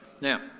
Now